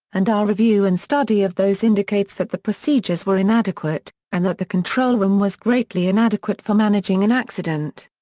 and our review and study of those indicates that the procedures were inadequate and that the control room was greatly inadequate for managing an and accident.